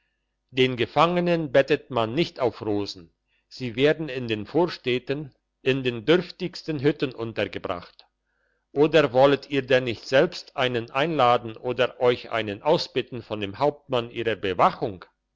den gefangenen bettet man nicht auf rosen sie werden in den vorstädten in den dürftigsten hütten untergebracht oder wolltet ihr denn nicht selbst einen einladen oder euch einen ausbitten von dem hauptmann ihrer bewachung